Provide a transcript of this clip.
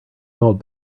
called